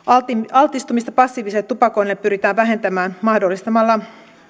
altistumista passiiviselle tupakoinnille pyritään vähentämään mahdollistamalla